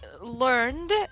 learned